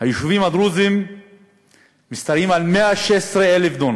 היישובים הדרוזיים משתרעים על 116,000 דונם.